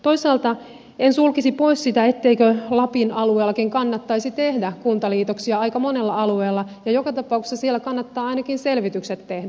toisaalta en sulkisi pois sitä ettei lapin alueellakin kannattaisi tehdä kuntaliitoksia aika monella alueella ja joka tapauksessa siellä kannattaa ainakin selvitykset tehdä